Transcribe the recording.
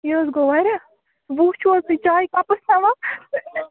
یہِ حظ گوٚو وارِیاہ وُہ چھُو حظ تُہۍ چایہِ کَپس ہٮ۪وان